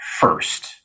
first